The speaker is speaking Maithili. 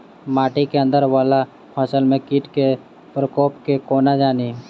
माटि केँ अंदर वला फसल मे कीट केँ प्रकोप केँ कोना जानि?